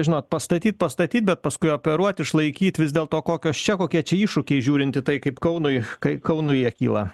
žinot pastatyt pastatyt bet paskui operuot išlaikyt vis dėl to kokios čia kokie čia iššūkiai žiūrintiį tai kaip kaunui kaip kaunui jie kyla